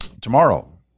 Tomorrow